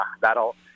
that'll